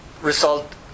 result